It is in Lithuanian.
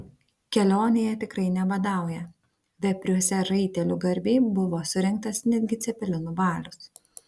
kelionėje tikrai nebadauja vepriuose raitelių garbei buvo surengtas netgi cepelinų balius